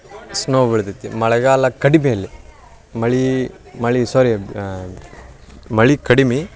snow ಬೀಳ್ತೈತಿ ಮಳೆಗಾಲ ಕಡಿಮೆ ಅಲ್ಲಿ ಮಳೆ ಸಾರಿ ಮಳೆ ಕಡಿಮೆ